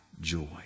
joy